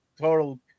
total